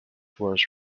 worse